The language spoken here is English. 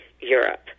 Europe